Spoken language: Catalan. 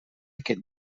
aquests